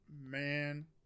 man